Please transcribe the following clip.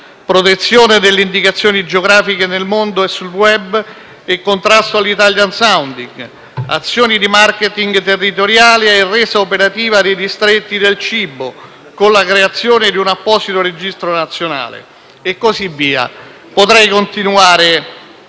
protezione delle indicazioni geografiche nel mondo e sul *web* e contrasto all'*italian sounding*; azioni di *marketing* territoriali e resa operativa dei distretti del cibo, con la creazione di un apposito registro nazionale. Potrei continuare